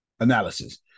Analysis